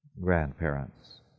grandparents